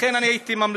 לכן הייתי ממליץ